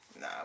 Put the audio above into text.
nah